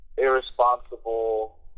Irresponsible